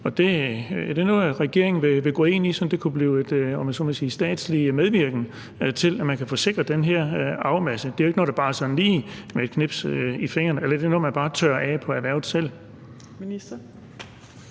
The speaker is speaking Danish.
Er det noget, regeringen vil gå ind i, så der kunne komme, om jeg så må sige, en statslig medvirken til, at man kan få sikret den her arvemasse? Det er jo ikke noget, der bare sådan lige kommer med et knips med fingrene. Eller er det noget, man bare tørrer af på erhvervet selv?